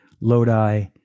Lodi